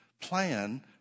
plan